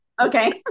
Okay